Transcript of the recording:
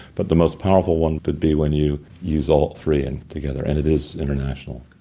but the most powerful one could be when you use all three and together. and it is international.